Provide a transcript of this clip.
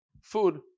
food